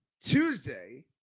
Tuesday